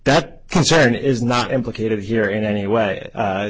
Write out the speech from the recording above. that concern is not implicated here in any way